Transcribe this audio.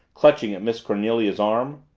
clutching at miss cornelia's arm.